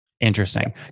Interesting